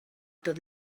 tot